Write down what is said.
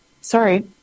sorry